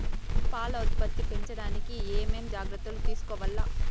పాల ఉత్పత్తి పెంచడానికి ఏమేం జాగ్రత్తలు తీసుకోవల్ల?